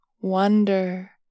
wonder